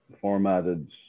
formatted